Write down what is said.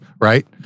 right